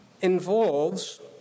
involves